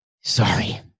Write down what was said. Sorry